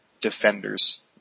defenders